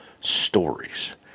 stories